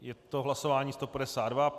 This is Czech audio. Je to hlasování 152.